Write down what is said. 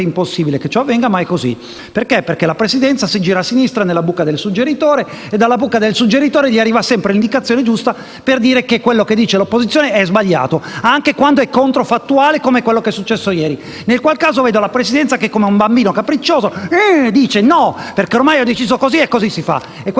impossibile che ciò avvenga, ma è così. Perché questo? Perché la Presidenza si gira a sinistra, nella buca del suggeritore, e dalla buca del suggeritore gli arriva sempre l'indicazione giusta per dire che quanto sostenuto dall'opposizione è sbagliato, anche quando è controfattuale, come è successo ieri. Nel qual caso, vedo la Presidenza che, come un bambino capriccioso, dice no perché ormai ha deciso così e così si fa. Questa